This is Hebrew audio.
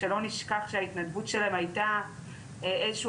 שלא נשכח שההתנדבות שלהם הייתה איזשהו